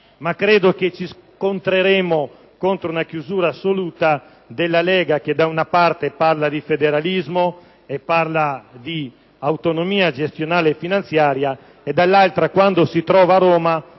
ma credo che ci scontreremmo contro una chiusura assoluta della Lega che, da una parte, parla di federalismo e di autonomia gestionale e finanziaria e, dall'altra, quando si trova a Roma,